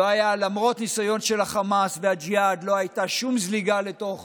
למרות ניסיון של החמאס והג'יהאד לא הייתה שום זליגה לתוך